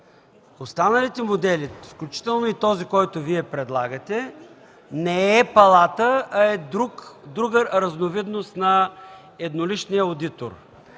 Останалите модели, включително и този, който Вие предлагате, не е Палата, а друга разновидност на едноличния,